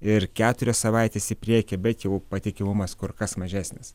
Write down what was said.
ir keturias savaites į priekį bet jų patikimumas kur kas mažesnis